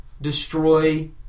destroy